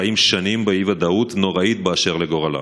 חיים שנים באי-ודאות נוראית באשר לגורלם.